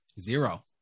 Zero